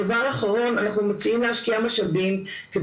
דבר אחרון, אני מציעים להשקיע משאבים על